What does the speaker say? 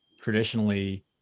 traditionally